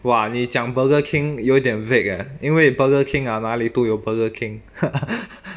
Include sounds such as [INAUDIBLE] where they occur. !wah! 你讲 burger king 有一点 vague leh 因为 burger king ah 哪里都有 burger king [LAUGHS]